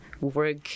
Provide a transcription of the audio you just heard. work